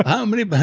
how many but